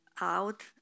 out